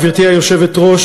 גברתי היושבת-ראש,